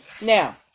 Now